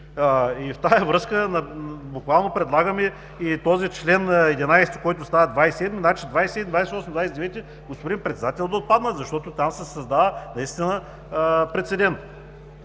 и в тази връзка буквално предлагаме и този чл. 11, който става чл. 27 – значи, 27-и, 28-ми, 29-и, господин Председател, да отпаднат, защото там се създава наистина прецедент.